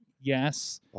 yes